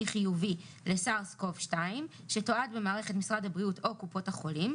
חיובי ל-SARS-COV-2 שתועד במערכת משרד הבריאות או קופות החולים,